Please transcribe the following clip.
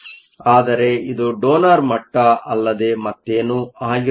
ಆದರೆ ಇದು ಡೋನರ್Donor ಮಟ್ಟ ಅಲ್ಲದೇ ಮತ್ತೇನು ಹಾಗಿರುವುದಿಲ್ಲ